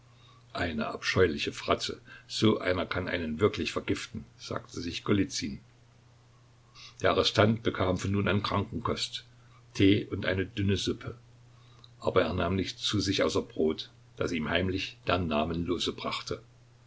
eine abscheuliche fratze so einer kann einen wirklich vergiften sagte sich golizyn der arrestant bekam von nun an krankenkost tee und eine dünne suppe aber er nahm nichts zu sich außer brot das ihm heimlich der namenlose brachte